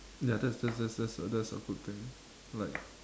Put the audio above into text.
ya that's that's that's that's a good thing like